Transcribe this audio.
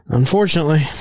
Unfortunately